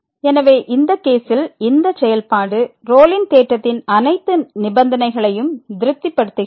எனவே இந்த கேசில் இந்த செயல்பாடு ரோலின் தேற்றத்தின் அனைத்து நிபந்தனைகளையும் திருப்திப்படுத்துகிறது